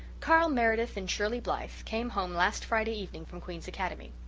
carl meredith and shirley blythe came home last friday evening from queen's academy.